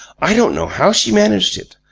i don't know how she managed it.